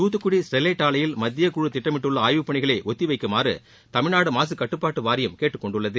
Thoothukudi Sterlite ஆலையில் மத்திய குழு திட்டமிட்டுள்ள ஆய்வுப் பணிகளை ஒத்திவைக்குமாறு தமிழ்நாடு மாசுக் கட்டுப்பாட்டு வாரியம்கேட்டுக்கொண்டுள்ளது